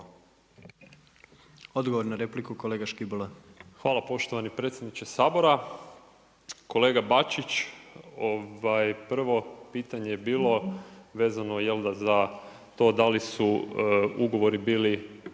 Marin (Nezavisni)** Hvala poštovani predsjedniče Sabora. Kolega Bačić prvo pitanje je bilo vezano za to da li su ugovori bili